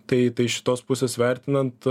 tai tai šitos pusės vertinant